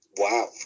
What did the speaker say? Wow